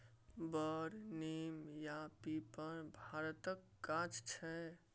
बर, नीम आ पीपर भारतक गाछ छै